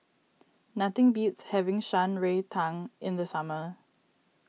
nothing beats having Shan Rui Tang in the summer